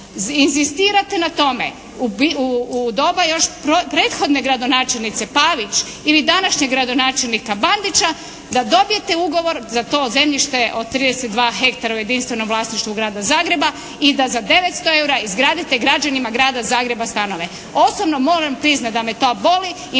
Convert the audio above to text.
inzistirate na tome, u doba još prethodne gradonačelnice Pavić ili današnjeg gradonačelnika Bandića, da dobijete ugovor za to zemljište od 32 ha u jedinstvenom vlasništvu Grada Zagreba i da za 900 eura izgradite građanima Grada Zagreba stanove. Osobno moram priznati da me to boli